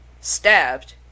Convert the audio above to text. stabbed